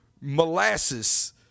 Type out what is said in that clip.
molasses